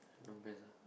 long pants ah